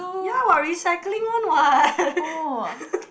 ya what recycling one what